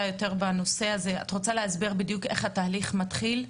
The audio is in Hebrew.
בנושא הזה איך בדיוק התהליך מתחיל?